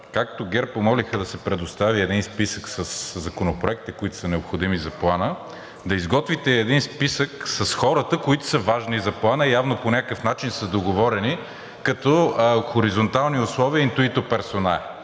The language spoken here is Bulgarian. както ГЕРБ помолиха, да се предостави един списък със законопроекти, които са необходими за Плана, да изготвите и един списък с хората, които са важни за Плана и явно по някакъв начин са договорени като хоризонтални условия intuitu personae.